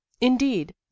indeed